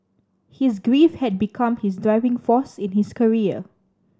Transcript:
his grief had become his driving force in his career